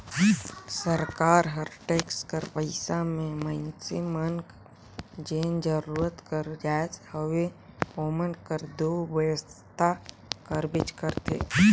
सरकार हर टेक्स कर पइसा में मइनसे मन कर जेन जरूरत कर जाएत हवे ओमन कर दो बेवसथा करबेच करथे